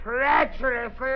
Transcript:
Treacherous